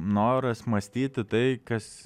noras mąstyti tai kas